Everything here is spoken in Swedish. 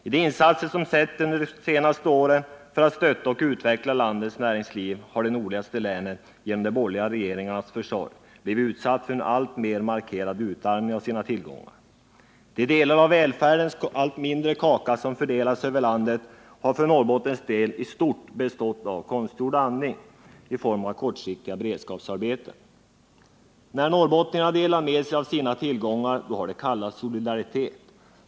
I de insatser som har gjorts under de senaste åren för att stötta och utveckla landets näringsliv har det nordligaste länet genom de borgerliga regeringarnas försorg blivit utsatt för en alltmer markerad utarmning av sina tillgångar. De smulor av välfärdens allt mindre kaka som har fördelats över landet har för Norrbottens del i stort sett bestått av konstgjord andning i form av kortsiktiga beredskapsarbeten. När norrbottningarna har delat med sig av sina tillgångar har det kallats solidaritet.